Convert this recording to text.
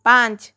पाँच